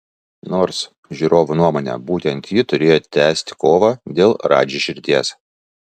nors žiūrovų nuomone būtent ji turėjo tęsti kovą dėl radži širdies